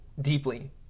deeply